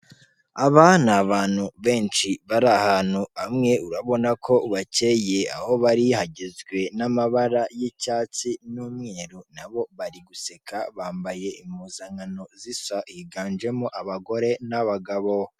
Aba ni abantu benshi bari ahantu hamwe, urabona ko bacyeye, aho bari hagizwe n'amabara y'icyatsi n'umweru, na bo bari guseka bambaye impuzankano zisa, higanjemo abagore n'abagabo.